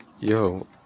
Yo